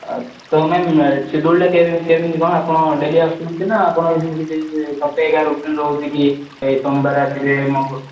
ତ ମ୍ୟାମ୍ ସ୍କିଡ଼ୁଲ୍ଟା କେମିତି କ'ଣ ଆପଣ ଡେଲି ଆସୁଛନ୍ତି ନା ଆପଣ ଏମିତି ଯେ ସପ୍ତାହିକା ରୁଟିନ୍ ରହୁଛି କି ସୋମବାର ଆସିବେ ମଙ୍ଗଳବାର